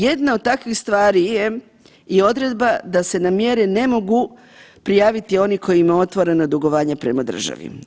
Jedna od takvih stvari je i odredba da se na mjere ne mogu prijaviti oni koji imaju otvorena dugovanja prema državi.